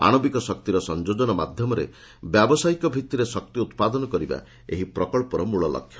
ଆଶବିକ ଶକ୍ତିର ସଂଯୋଜନ ମାଧ୍ୟମରେ ବ୍ୟାବସାୟିକ ଭିତ୍ତିରେ ଶକ୍ତି ଉତ୍ପାଦନ କରିବା ଏହି ପ୍ରକଳ୍ପର ମୁଖ୍ୟ ଲକ୍ଷ୍ୟ